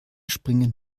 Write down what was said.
springen